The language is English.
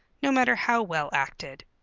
no matter how well acted.